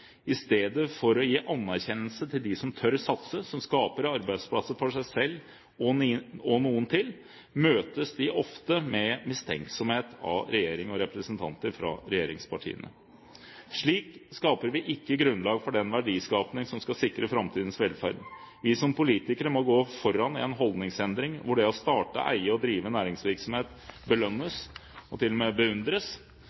I stedet for å gi anerkjennelse til dem som tør å satse, som skaper arbeidsplasser for seg selv og noen til, møtes de ofte med mistenksomhet av regjering og representanter fra regjeringspartiene. Slik skaper vi ikke grunnlag for den verdiskaping som skal sikre framtidens velferd. Vi som politikere må gå foran i en holdningsendring hvor det å starte, eie og drive næringsvirksomhet belønnes